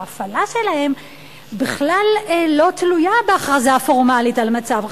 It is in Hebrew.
שההפעלה שלהן בכלל לא תלויה בהכרזה הפורמלית על מצב חירום.